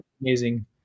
Amazing